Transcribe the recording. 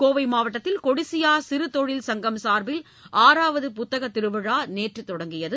கோவை மாவட்டத்தில் கொடிசியா சிறுதொழில் சங்கம் சார்பில் ஆறாவது புத்தகத் திருவிழா நேற்று தொடங்கியது